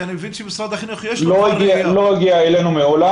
כי אני מבין שמשרד החינוך --- לא הגיעה אלינו מעולם